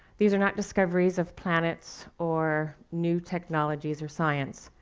these are not discoveries of planets or new technologies or science.